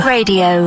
Radio